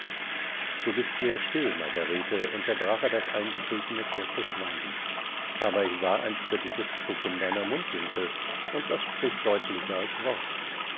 du bist sehr still margarete unterbrach er das eingetretene kurze schweigen aber ich sah ein spöttisches zucken deiner mundwinkel und das spricht deutlicher als worte